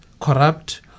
corrupt